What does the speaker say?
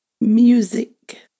Music